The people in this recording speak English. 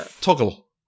toggle